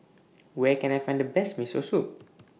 Where Can I Find The Best Miso Soup